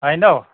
होइन हौ